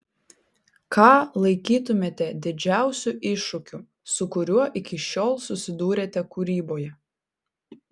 ką laikytumėte didžiausiu iššūkiu su kuriuo iki šiol susidūrėte kūryboje